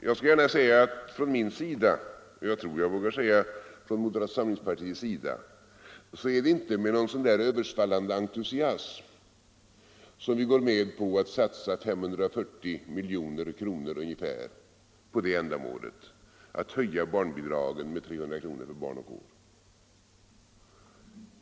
För min del skall jag gärna säga — och jag tror jag vågar säga från moderata samlingspartiets sida — att det inte är med någon översvallande entusiasm som vi går med på att satsa ungefär 540 milj.kr. på ändamålet att höja barnbidraget med 300 kr. per barn och år.